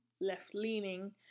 left-leaning